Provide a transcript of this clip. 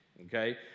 okay